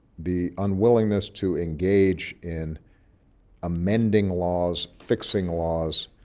the unwillingness to engage in amending laws, fixing laws.